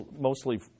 mostly